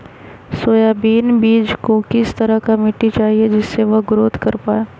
Soybean बीज को किस तरह का मिट्टी चाहिए जिससे वह ग्रोथ कर पाए?